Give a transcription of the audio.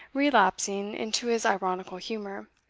relapsing into his ironical humour,